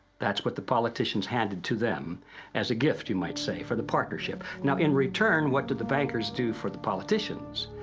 what the politicians handed to them as a gift, you might say, for the partnership now, in return, what do the bankers do for the politicians?